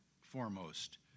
foremost